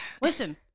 listen